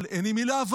אבל אין עם מי לעבוד.